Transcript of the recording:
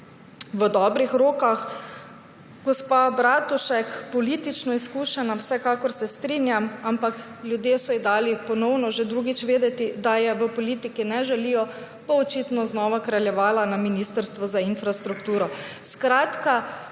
v dobrih rokah. Gospa Bratušek – politično izkušena, vsekakor se strinjam, ampak ljudje so ji dali ponovno, že drugič vedeti, da je v politiki ne želijo – bo očitno znova kraljevala na ministrstvu za infrastrukturo. Skratka,